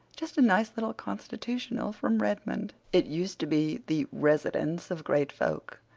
just a nice little constitutional from redmond. it used to be the residence of great folk,